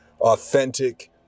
authentic